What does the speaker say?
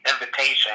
invitation